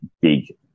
big